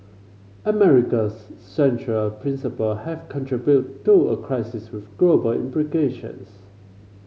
America's central principle have contribute to a crisis with global implications